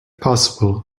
possible